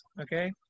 okay